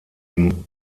dem